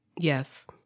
Yes